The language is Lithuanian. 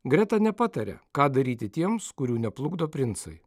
greta nepatarė ką daryti tiems kurių neplukdo princai